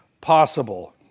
possible